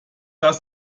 das